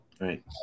Right